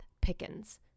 Pickens